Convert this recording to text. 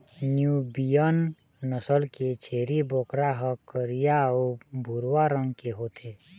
Nubian नसल के छेरी बोकरा ह करिया अउ भूरवा रंग के होथे